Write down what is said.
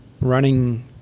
running